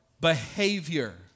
behavior